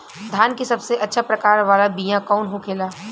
धान के सबसे अच्छा प्रकार वाला बीया कौन होखेला?